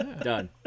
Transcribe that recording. Done